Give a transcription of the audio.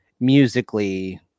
musically